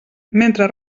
mentre